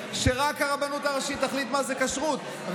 שרק הרבנות הראשית תחליט מה זאת כשרות,